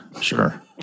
sure